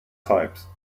types